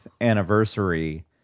anniversary